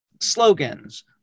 slogans